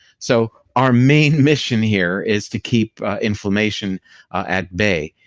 so our main mission here is to keep inflammation at bay,